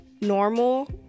normal